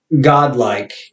godlike